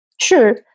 Sure